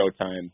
Showtime